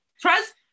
Trust